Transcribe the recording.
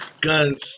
guns